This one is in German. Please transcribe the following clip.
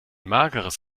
mageres